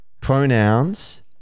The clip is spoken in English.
Pronouns